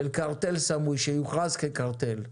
של קרטל סמוי שיוכרז כקרטל?